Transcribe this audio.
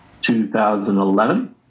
2011